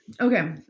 Okay